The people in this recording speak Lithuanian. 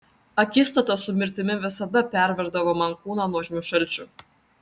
akistata su mirtimi visada perverdavo man kūną nuožmiu šalčiu